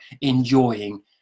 enjoying